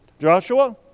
Joshua